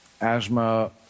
asthma